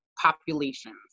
populations